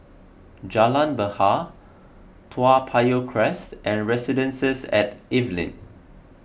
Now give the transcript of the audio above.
Jalan Bahar Toa Payoh Crest and Residences at Evelyn